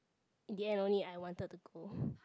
in the end only I wanted to go